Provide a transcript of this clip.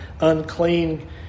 unclean